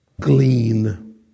glean